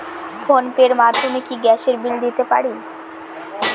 Phone pay র মাধ্যমে কি গ্যাসের বিল দিতে পারি?